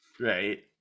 right